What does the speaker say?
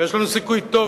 ויש לנו סיכוי טוב,